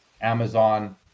Amazon